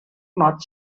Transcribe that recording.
mot